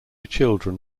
children